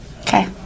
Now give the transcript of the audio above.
Okay